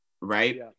right